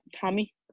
Tommy